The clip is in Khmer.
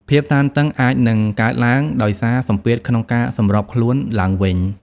ភាពតានតឹង អាចនឹងកើតឡើងដោយសារសម្ពាធក្នុងការសម្របខ្លួនឡើងវិញ។